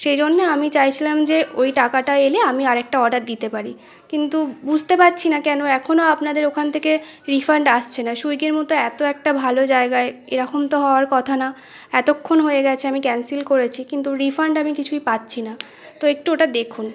সেই জন্য আমি চাইছিলাম যে ওই টাকাটা এলে আমি আর একটা অর্ডার দিতে পারি কিন্তু বুঝতে পারছি না কেন এখনো আপনাদের ওখান থেকে রিফান্ড আসছে না সুইগির মতো এত একটা ভালো জায়গায় এরকম তো হওয়ার কথা না এতক্ষণ হয়ে গিয়েছে আমি ক্যান্সেল করেছি কিন্তু রিফান্ড আমি কিছুই পাচ্ছি না তো একটু ওটা দেখুন